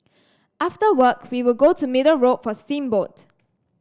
after work we would go to Middle Road for steamboat